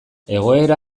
egoera